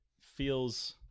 feels